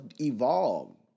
evolved